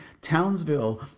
Townsville